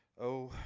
oh,